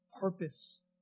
purpose